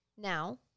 Now